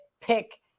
pick